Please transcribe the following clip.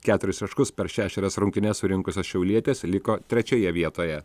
keturis taškus per šešerias rungtynes surinkusios šiaulietės liko trečioje vietoje